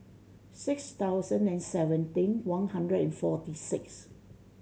six thousand and seventeen one hundred and forty six